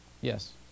Yes